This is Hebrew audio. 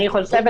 אני חושבת,